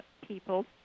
people